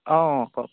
অ কওক